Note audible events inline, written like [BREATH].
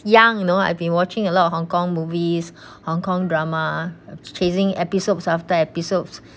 young you know I've been watching a lot of hong kong movies [BREATH] hong kong drama chasing episodes after episodes